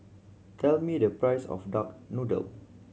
tell me the price of duck noodle